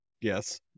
yes